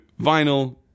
vinyl